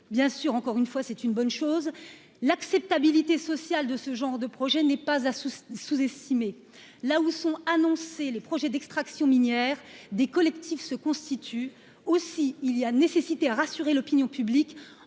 bien sûr encore une fois, c'est une bonne chose, l'acceptabilité sociale de ce genre de projet n'est pas à sous-estimer, là où sont annoncés, les projets d'extraction minière des collectifs se constitue aussi, il y a nécessité à rassurer l'opinion publique